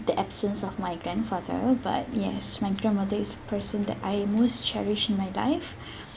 the absence of my grandfather but yes my grandmother is a person that I most cherish in my life